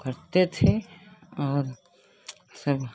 पकड़ते थे और सब